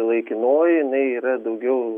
laikinoji jinai yra daugiau